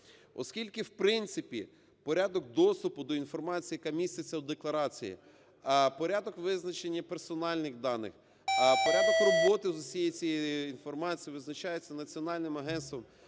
Оскільки, в принципі, порядок доступу до інформації, яка міститься в декларації, порядок визначення персональних даних, порядок роботи зі всією цією інформацією визначається Національним агентством